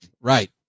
Right